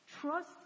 Trust